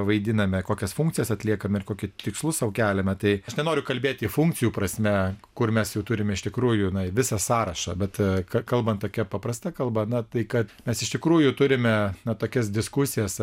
vaidiname kokias funkcijas atliekame ir kokius tikslus sau keliame tai aš nenoriu kalbėti funkcijų prasme kur mes jau turime iš tikrųjų visą sąrašą bet kalbant tokia paprasta kalba na tai kad mes iš tikrųjų turime na tokias diskusijas